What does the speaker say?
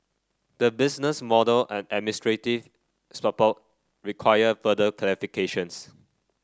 the business model and administrative support require further clarifications